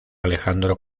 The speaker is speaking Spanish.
alejandro